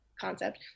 concept